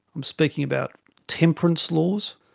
i'm speaking about temperance laws,